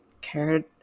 cared